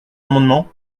amendement